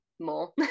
more